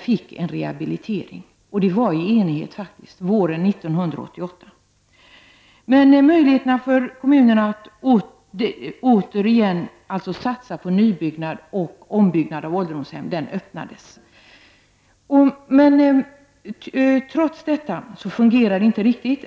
fick en ''rehabilitering''. Beslut fattades i enighet våren 1988. Möjligheterna för kommunerna att satsa på nybyggnad och ombyggnad av ålderdomshemmen öppnades. Trots detta fungerar det inte riktigt.